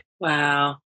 Wow